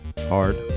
Hard